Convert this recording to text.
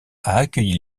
accueilli